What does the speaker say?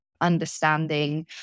understanding